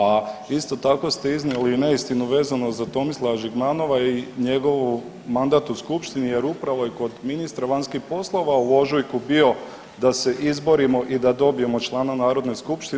A isto tako ste iznijeli i neistinu vezano za Tomislava Žigmanova i njegov mandat u Skupštini, jer upravo je kod ministra vanjskih poslova u ožujku bio da se izborimo i da dobijemo člana Narodne skupštine.